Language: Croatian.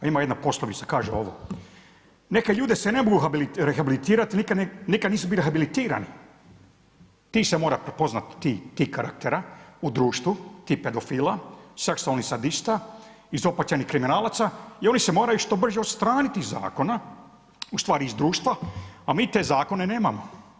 Ima jedna poslovica, kaže ovo: neke ljude se ne mogu rehabilitirati nikad, nikad nisu bili habilitirani, tih se mora prepoznat, ti karaktera u društvu, ti pedofila, seksualnih sadista, izopačenih kriminalaca i oni se moraju što brže odstranit iz zakona, ustvari iz društva, a mi te zakone nemamo.